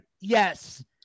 yes